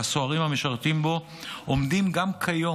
והסוהרים המשרתים בו עומדים גם כיום,